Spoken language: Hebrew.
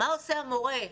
מה עושה המורה?